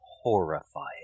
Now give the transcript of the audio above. horrifying